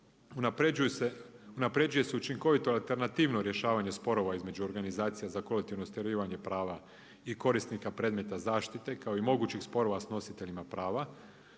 unapređuje se učinkovito alternativno rješavanje sporova između organizacija za kolektivno ostvarivanje prava i korisnika predmeta zaštite kao i mogućih sporova s nositeljima prava,